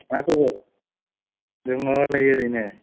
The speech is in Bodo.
मा खबर दङ नै ओरैनो